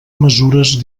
mesures